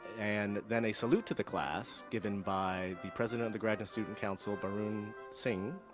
and then a salute to the class given by the president of the graduate student council, barun singh.